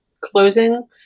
closing